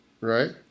right